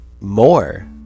more